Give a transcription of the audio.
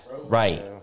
Right